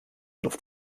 luft